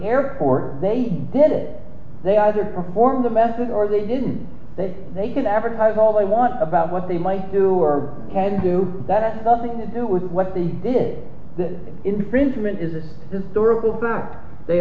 airport they did it they either perform the message or they didn't they they can advertise all they want about what they might do or had to do that nothing to do with what they did that infringement is a historical fact they